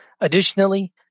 Additionally